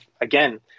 again